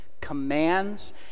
commands